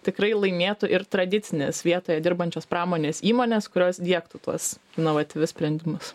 tikrai laimėtų ir tradicinės vietoje dirbančios pramonės įmonės kurios diegtų tuos inovatyvius sprendimus